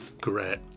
great